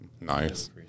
Nice